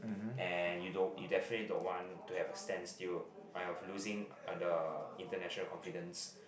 and you don't you definitely don't want to have a standstill of losing the international confidence